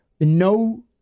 no